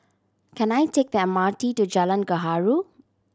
can I take the M R T to Jalan Gaharu